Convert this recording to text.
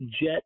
jet